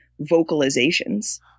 vocalizations